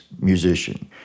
musician